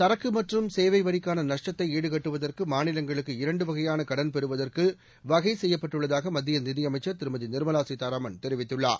சரக்குமற்றும் சேவைவரிக்கான நஷ்டத்தைாடு கட்டுவதற்குமாநிலங்களுக்கு இரண்டுவகையானகடன் பெறுவதற்குவகைசெய்யப்பட்டுள்ளதாகமத்தியநிதிஅமைச்சர் திருமதிநிர்மலாசீதாராமன் தெரிவித்துள்ளார்